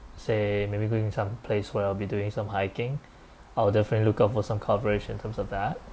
say maybe going some place where I'll be doing some hiking I'll definitely look out for some coverage in terms of that